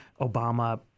Obama